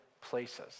places